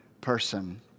person